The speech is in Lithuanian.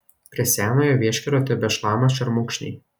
prie senojo vieškelio tebešlama šermukšniai